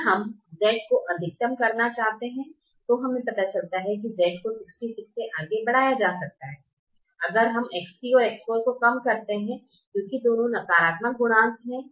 अब हम Z को अधिकतम करना चाहते हैं और हमें पता चलता है कि Z को 66 से आगे बढ़ाया जा सकता है अगर हम X3 और X4 को कम करते हैं क्योंकि दोनों में नकारात्मक गुणांक हैं